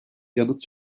yanıt